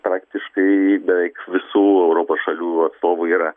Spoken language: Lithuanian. praktiškai beveik visų europos šalių atstovų yra